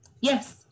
yes